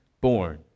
born